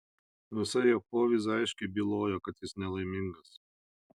visa jo povyza aiškiai bylojo kad jis nelaimingas